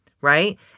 right